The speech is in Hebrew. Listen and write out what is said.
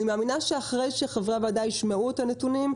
אני מאמינה שאחרי שחברי הוועדה ישמעו את הנתונים,